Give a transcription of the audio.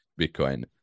bitcoin